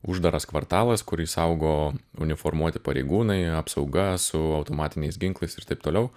uždaras kvartalas kurį saugo uniformuoti pareigūnai apsauga su automatiniais ginklais ir taip toliau